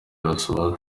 arasohoka